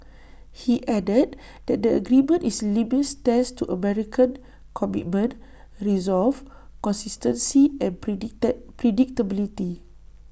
he added that the agreement is A litmus test to American commitment resolve consistency and predicted predictability